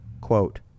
quote